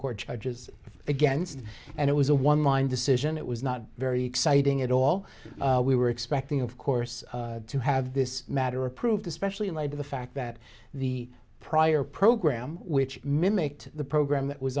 court charges against and it was a one line decision it was not very exciting at all we were expecting of course to have this matter approved especially in light of the fact that the prior program which mimicked the program that was